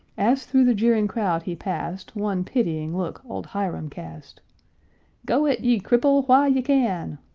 as through the jeering crowd he past, one pitying look old hiram cast go it, ye cripple, while ye can!